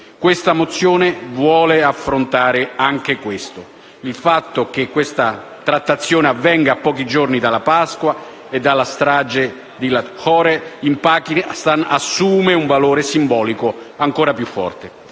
Questa mozione vuole affrontare anche questo. Il fatto che questa trattazione avvenga a pochi giorni dalla Pasqua e dalla strage di Lahore in Pakistan assume un valore simbolico ancora più forte.